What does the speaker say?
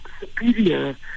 superior